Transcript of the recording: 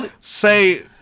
say